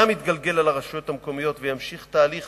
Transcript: שגם יתגלגל על הרשויות המקומיות, וימשיך תהליך